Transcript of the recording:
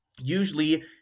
Usually